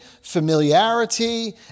familiarity